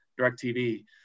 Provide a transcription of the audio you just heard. DirecTV